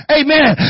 amen